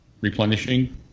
replenishing